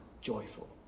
joyful